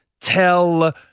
Tell